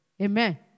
Amen